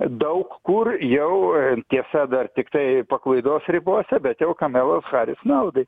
daug kur jau tiesa dar tiktai paklaidos ribose bet jau kamalos haris naudai